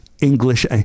English